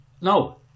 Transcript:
no